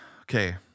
Okay